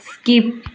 skip